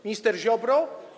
Minister Ziobro?